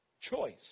choice